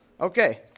Okay